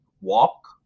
walk